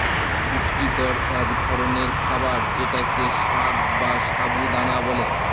পুষ্টিকর এক ধরনের খাবার যেটাকে সাগ বা সাবু দানা বলে